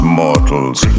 mortals